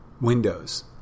windows